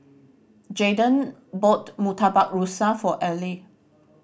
Jaiden bought Murtabak Rusa for Ely